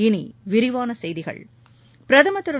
இனி விரிவான செய்திகள் பிரதமர் திரு